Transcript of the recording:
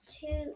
two